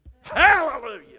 Hallelujah